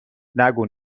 نگو